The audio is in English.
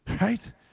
right